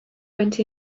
went